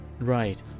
right